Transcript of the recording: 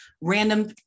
random